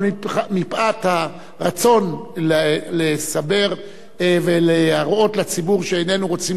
אבל מפאת הרצון לסבר ולהראות לציבור שאיננו רוצים